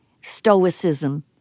stoicism